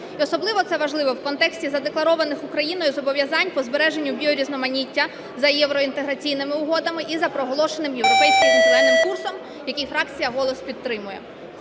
особливо це важливо, в контексті задекларованих Україною зобов'язань по збереженню біорізноманіття за євроінтеграційними угодами і за проголошеним Європейським зеленим курсом, який фракція "Голос" підтримує.